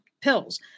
pills